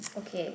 okay